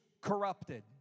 corrupted